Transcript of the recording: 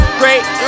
great